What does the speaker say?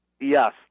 Yes